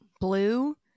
blue